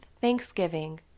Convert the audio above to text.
thanksgiving